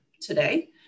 today